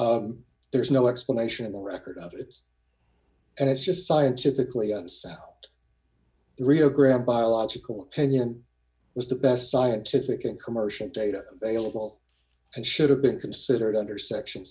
this there's no explanation no record of it and it's just scientifically ups out the rio grande biological opinion was the best scientific and commercial data available and should have been considered under section